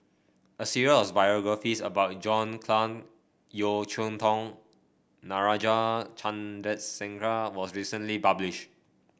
a series of biographies about John Clang Yeo Cheow Tong Natarajan Chandrasekaran was recently published